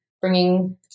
bringing